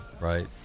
right